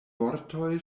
vortoj